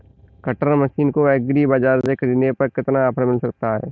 Cutter machine को agri बाजार से ख़रीदने पर कितना ऑफर मिल सकता है?